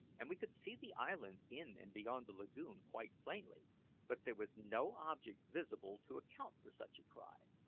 and we could see the islands in and beyond the lagoon quite plainly but there was no object visible to account for such a cry.